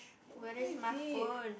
where is my phone